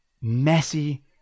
messy